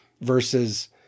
versus